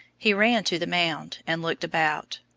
he ran to the mound and looked about.